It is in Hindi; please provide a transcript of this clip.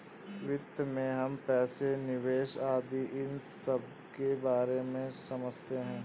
वित्त में हम पैसे, निवेश आदि इन सबके बारे में समझते हैं